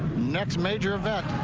next major event.